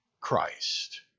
Christ